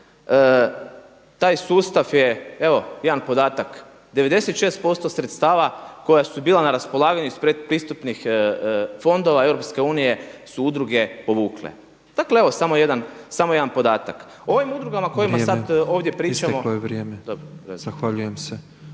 Taj sustav je evo jedan podatak 96% sredstava koja su bila na raspolaganju iz pretpristupnih fondova EU su udruge povukle. Dakle evo samo jedan podatak. O ovim udrugama o kojima sada … /Upadica